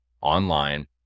online